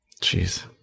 Jeez